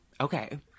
Okay